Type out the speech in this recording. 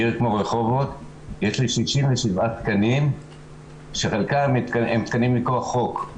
בעיר כמו רחובות יש לי 67 תקנים שחלקם הם תקנים מכוח חוק,